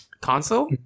console